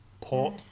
Port